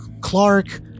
Clark